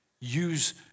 use